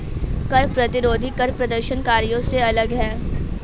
कर प्रतिरोधी कर प्रदर्शनकारियों से अलग हैं